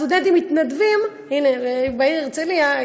סטודנטים מתנדבים בעיר הרצליה,